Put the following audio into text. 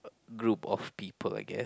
group of people I guess